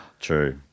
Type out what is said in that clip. True